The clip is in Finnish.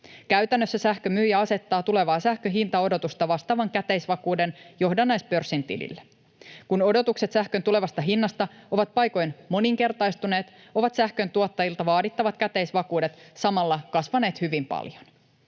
Käytännössä sähkön myyjä asettaa tulevaa sähkön hintaodotusta vastaavan käteisvakuuden johdannaispörssin tilille. Kun odotukset sähkön tulevasta hinnasta ovat paikoin moninkertaistuneet, ovat sähköntuottajilta vaadittavat käteisvakuudet samalla kasvaneet hyvin paljon.